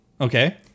Okay